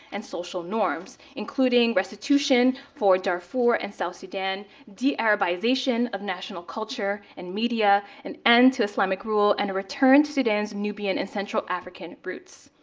and social norms, including restitution for darfur and south sudan, de-arabization of national culture and media, an end to islamic rule, and a return to sudan's nubian and central african roots.